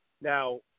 Now